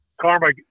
Karma